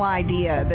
idea